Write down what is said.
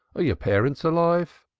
are your parents alive?